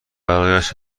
برایش